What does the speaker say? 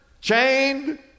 chained